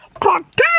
Protect